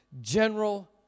general